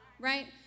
right